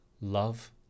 love